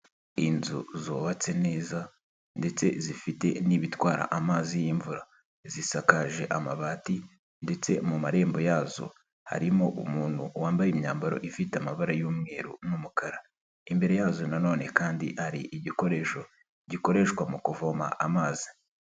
Inzu zubatse neza ndetse zifite n'ibitwara amazi y'imvura, zisakaje amabati ndetse mu marembo yazo harimo umuntu wambaye imyambaro ifite amabara y'umweru n'umukara, imbere yazo na nanone kandi hari igikoresho gikoreshwa mu kuvoma amazi.